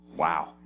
Wow